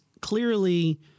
clearly